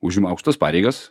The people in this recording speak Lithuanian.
užima aukštas pareigas